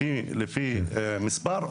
לפי מספר,